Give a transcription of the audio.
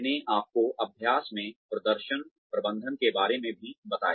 मैंने आपको अभ्यास में प्रदर्शन प्रबंधन के बारे में भी बताया